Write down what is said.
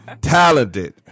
talented